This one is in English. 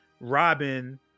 robin